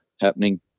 happening